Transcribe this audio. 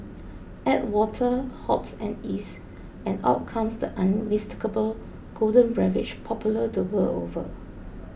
add water hops and yeast and out comes the unmistakable golden beverage popular the world over